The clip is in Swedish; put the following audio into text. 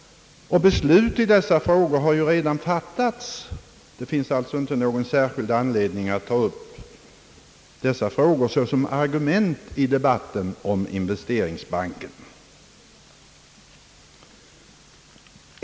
Beslut i dessa frågor har ju redan fattats. Det finns alltså inte någon särskild anledning att ta upp dessa frågor såsom argument i debatten om investeringsbanken.